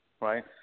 Right